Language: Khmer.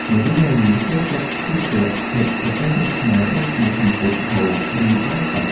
នារីៗចូលចិត្តស្លៀកពាក់ឈុតប្រពៃណីខ្មែរ ដូចជាសំពត់ហូល ឬអាវប៉ាក់។